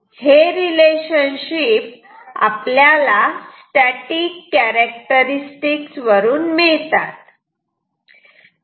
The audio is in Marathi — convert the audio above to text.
हे रिलेशनशिप आपल्याला स्टॅटिक कॅरेक्टरस्टिक्स वरून मिळतात